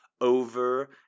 over